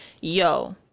Yo